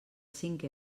cinc